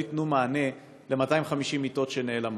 לא ייתנו מענה על 250 המיטות שנעלמות.